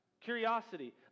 Curiosity